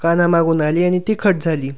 कानामागून आली आणि तिखट झाली